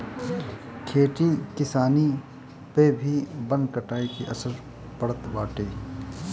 खेती किसानी पअ भी वन कटाई के असर पड़त बाटे